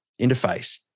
interface